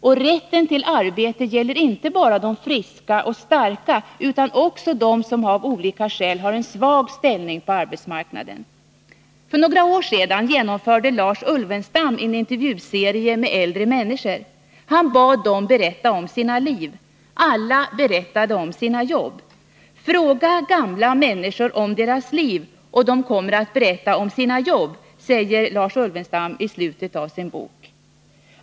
Och rätten till arbete gäller inte bara de friska och starka utan också dem som av olika skäl har en svag ställning på arbetsmarknaden. För några år sedan genomförde Lars Ulvenstam en intervjuserie med äldre människor. Han bad dem berätta om sina liv. Alla berättade om sina jobb. Fråga gamla människor om deras liv, och de kommer att berätta om sina jobb, säger Lars Ulvenstam i slutet av sin bok.